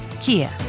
Kia